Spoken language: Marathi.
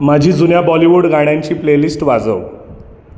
माझी जुन्या बॉलिवूड गाण्यांची प्लेलिस्ट वाजव